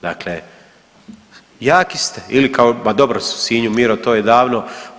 Dakle, jaki ste. … [[Upadica se ne razumije.]] Ili kao, ma dobro u Sinju Miro to je davno.